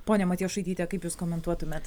ponia matijošaityte kaip jūs komentuotumėt